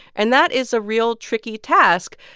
and that is a real tricky task.